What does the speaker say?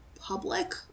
public